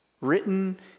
written